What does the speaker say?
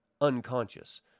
unconscious